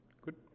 Good